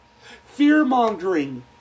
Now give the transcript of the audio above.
Fear-mongering